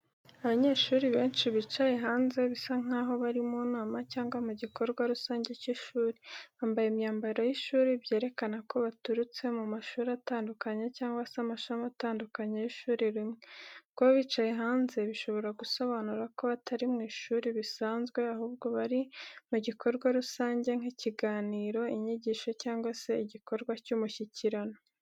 Abanyeshuri benshi bicaye hanze bisa nk’aho bari mu nama cyangwa mu gikorwa rusange cy’ishuri. Bambaye imyambaro y’ishuri, byerekana ko baturutse mu mashuri atandukanye cyangwa se amashami atandukanye y’ishuri rimwe. Kuba bicaye hanze bishobora gusobanura ko batari mu ishuri bisanzwe, ahubwo bari mu gikorwa rusange nk’ikiganiro, inyigisho cyangwa se igikorwa cy’umushyikirano.